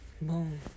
Boom